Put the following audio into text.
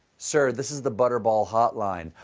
sir, this is the butterball hotline.